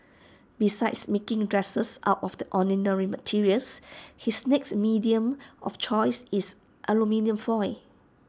besides making dresses out of the ordinary materials his next medium of choice is aluminium foil